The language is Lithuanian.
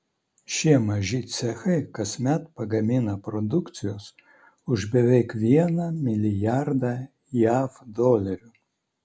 šie maži cechai kasmet pagamina produkcijos už beveik vieną milijardą jav dolerių